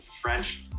French